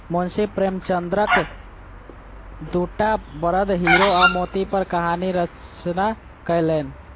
मुंशी प्रेमचंदक दूटा बड़द हीरा आ मोती पर कहानी रचना कयलैन